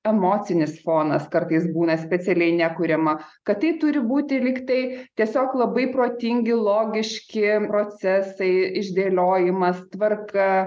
emocinis fonas kartais būna specialiai nekuriama kad tai turi būti lyg tai tiesiog labai protingi logiški procesai išdėliojimas tvarka